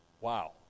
Wow